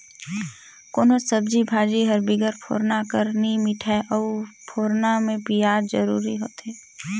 कोनोच सब्जी भाजी हर बिगर फोरना कर नी मिठाए अउ फोरना में पियाज जरूरी होथे